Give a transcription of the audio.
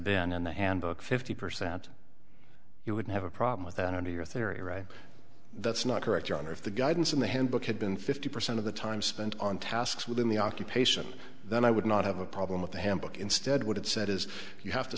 been in the handbook fifty percent you would have a problem with that under your theory right that's not correct your honor if the guidance in the handbook had been fifty percent of the time spent on tasks within the occupation then i would not have a problem with the handbook instead what it said is you have to